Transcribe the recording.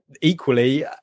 equally